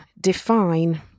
define